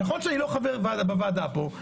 נכון שאני לא חבר בוועדה פה,